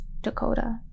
Dakota